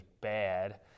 bad